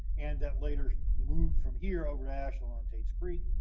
and that later moved from here over to ashland on tate's creek,